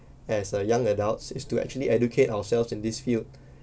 as a young adults is to actually educate ourselves in this field